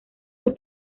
sus